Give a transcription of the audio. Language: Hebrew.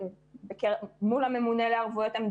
אני אנסה עוד עכשיו לבדוק את הנתונים מול הממונה על ערבויות המדינה.